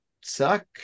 suck